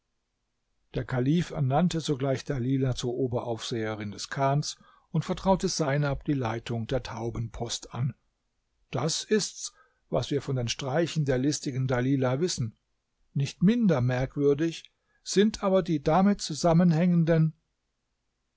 der kalif ernannte sogleich dalilah zur oberaufseherin des chans und vertraute seinab die leitung der taubenpost an das ist's was wir von den streichen der listigen dalilah wissen nicht minder merkwürdig sind aber die damit zusammenhängenden